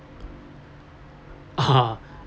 ah